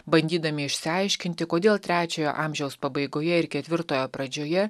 bandydami išsiaiškinti kodėl trečiojo amžiaus pabaigoje ir ketvirtojo pradžioje